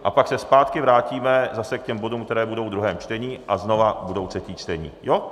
A pak se zpátky vrátíme zase k těm bodům, které budou v druhém čtení a znova budou třetí čtení, jo?